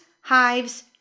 hives